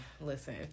Listen